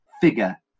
figure